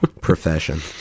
profession